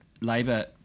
Labour